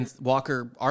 Walker